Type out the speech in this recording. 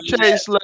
chase